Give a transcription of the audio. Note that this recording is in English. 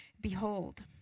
Behold